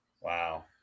wow